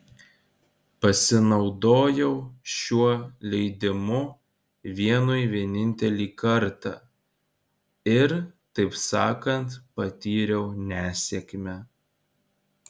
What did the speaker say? pasinaudojau šiuo leidimu vienui vienintelį kartą ir taip sakant patyriau nesėkmę